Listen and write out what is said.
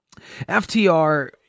FTR